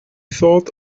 thought